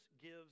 gives